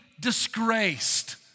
disgraced